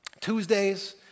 Tuesdays